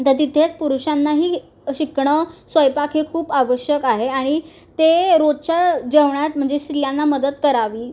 तर तिथेच पुरुषांनाही शिकणं स्वयंपाक हे खूप आवश्यक आहे आणि ते रोजच्या जेवणात म्हणजे स्त्रियांना मदत करावी